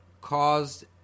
caused